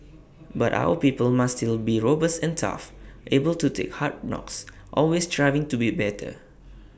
but our people must still be robust and tough able to take hard knocks always striving to be better